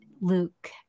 Luke